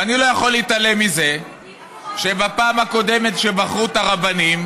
ואני לא יכול להתעלם מזה שבפעם הקודמת שבחרו את הרבנים